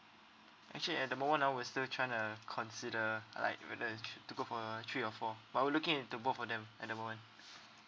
actually at the moment I was still trying to consider uh like whether it's thr~ to go for three or four while we looking at the both of them at the moment